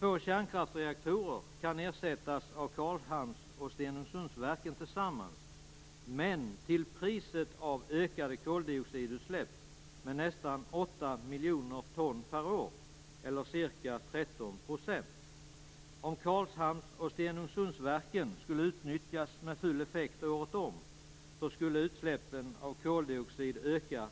Två kärnkraftsreaktorer kan ersättas av Karlshamns och Stenungsundsverken tillsammans, men till priset av ökade koldoixidutsläpp med nästan 8 miljoner ton per år, eller ca 13 %. Om Karlshamns och Stenungsundsverken skulle utnyttjas med full effekt året om skulle utsläppen av koldioxid öka